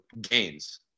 gains